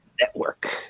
Network